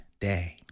day